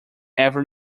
ever